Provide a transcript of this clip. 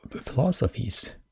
philosophies